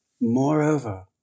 Moreover